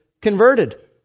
converted